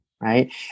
right